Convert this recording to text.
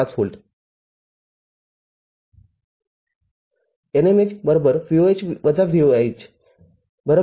५ V NMH VOH - VIH ५